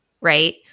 right